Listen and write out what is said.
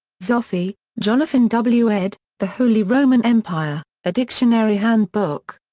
zophy, jonathan w. ed, the holy roman empire a dictionary handbook.